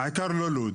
העיקר לא לוד.